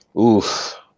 oof